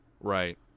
Right